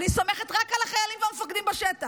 אני סומכת רק על החיילים והמפקדים בשטח,